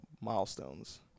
milestones